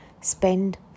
Spend